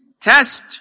test